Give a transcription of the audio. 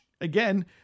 again